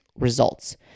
results